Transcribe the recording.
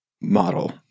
model